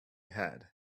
had